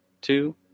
two